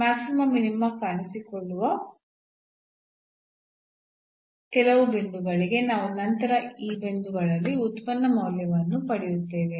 maxima minima ಕಾಣಿಸಿಕೊಳ್ಳುವ ಕೆಲವು ಬಿಂದುಗಳಿವೆ ಮತ್ತು ನಂತರ ನಾವು ಆ ಬಿಂದುಗಳಲ್ಲಿ ಉತ್ಪನ್ನ ಮೌಲ್ಯವನ್ನು ಪಡೆಯುತ್ತೇವೆ